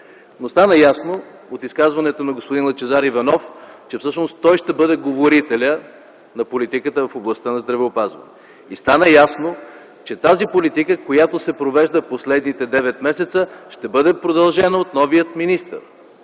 Стана ясно от изказването на господин Лъчезар Иванов, че всъщност той ще бъде говорителят на политиката в областта на здравеопазването. Стана ясно, че тази политика, която се провежда в последните девет месеца ще бъде продължена от новия министър.